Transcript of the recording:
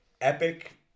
epic